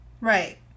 right